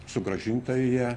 sugrąžinta į ją